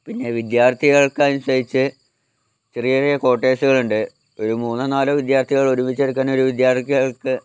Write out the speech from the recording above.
പിന്നെ വിദ്യാർത്ഥികൾക്കനുസരിച്ച് ചെറിയ ചെറിയ ക്വാട്ടേർഴ്സുകൾ ഉണ്ട് ഒര് മൂന്നോ നാലോ വിദ്യാർത്ഥികൾ ഒരുമിച്ച് എടുക്കുകയാണെങ്കിൽ ഒരു വിദ്യാർത്ഥികൾക്ക്